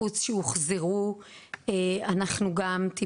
כן, זמן